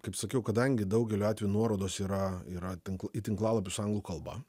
kaip sakiau kadangi daugeliu atvejų nuorodos yra yra tink į tinklalapius anglų kalba